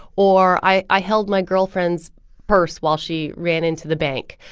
or i i held my girlfriend's purse while she ran into the bank,